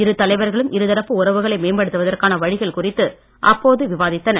இரு தலைவர்களும் இருதரப்பு உறவுகளை மேம்படுத்துவதற்கான வழிகள் குறித்து அப்போது விவாதிக்கப்பட்டது